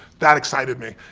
that excited me.